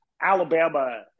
Alabama